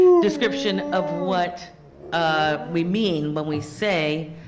description of what ah we mean when we say